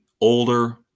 older